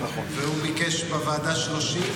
והוא ביקש בוועדה 30,